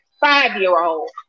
five-year-old